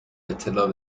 اطلاع